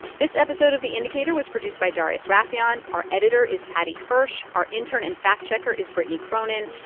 this episode of the indicator was produced by darius rafieyan. our editor is paddy hirsch. our intern and fact-checker is brittany cronin,